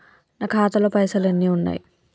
నా ఖాతాలో పైసలు ఎన్ని ఉన్నాయి?